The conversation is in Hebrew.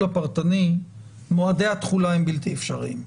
הפרטני מועדי התחולה הם בלתי אפשריים,